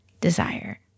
desire